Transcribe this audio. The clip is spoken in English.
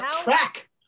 Track